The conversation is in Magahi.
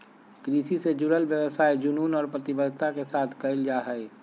कृषि से जुडल व्यवसाय जुनून और प्रतिबद्धता के साथ कयल जा हइ